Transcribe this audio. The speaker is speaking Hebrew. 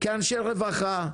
כאנשי רווחה,